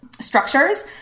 Structures